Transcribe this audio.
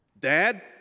Dad